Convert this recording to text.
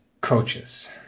coaches